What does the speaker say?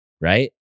right